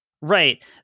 Right